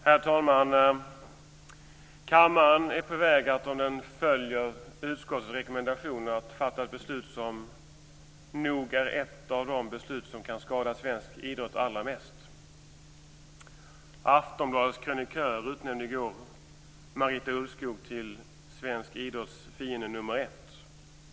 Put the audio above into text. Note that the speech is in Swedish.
Herr talman! Kammaren är på väg, om den följer utskottets rekommendation, att fatta ett beslut som nog är ett av de beslut som kan skada svensk idrott allra mest. Aftonbladets krönikör utnämnde i går Marita Ulvskog till svensk idrotts fiende nummer ett.